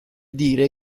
dire